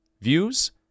views